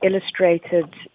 illustrated